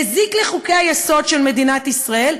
מזיק לחוקי-היסוד של מדינת ישראל,